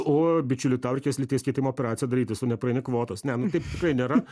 o bičiuli tau reikės lyties keitimo operaciją darytis tu nepraeini kvotos ne nu taip tikrai nėra